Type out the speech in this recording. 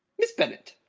miss bennet,